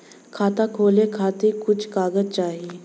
खाता खोले के खातिर कुछ कागज चाही?